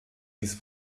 ließ